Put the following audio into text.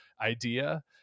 idea